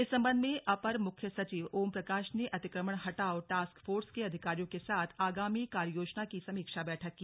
इस संबंध में अपर मुख्य सचिव ओमप्रकाश ने अतिक्रमण हटाओ टास्क फोर्स के अधिकारियों के साथ आगामी कार्ययोजना की समीक्षा बैठक की